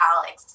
Alex